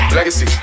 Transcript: Legacy